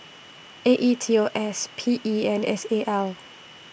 A E T O S P E and S A L